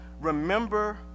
Remember